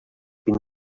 been